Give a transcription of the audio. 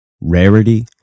rarity